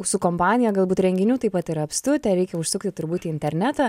su kompanija galbūt renginių taip pat yra apstu tereikia užsukti turbūt į internetą